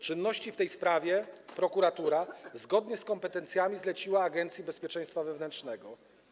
Czynności w tej sprawie prokuratura, zgodnie z kompetencjami, zleciła Agencji Bezpieczeństwa Wewnętrznego.